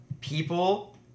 People